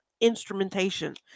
instrumentation